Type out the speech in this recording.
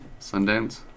Sundance